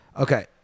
Okay